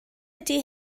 ydy